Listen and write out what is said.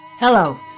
Hello